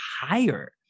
higher